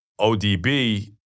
ODB